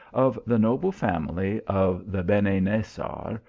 of the noble family of the beni nasar,